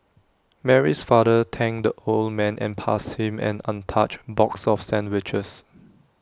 Mary's father thanked the old man and passed him an untouched box of sandwiches